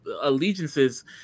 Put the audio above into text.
allegiances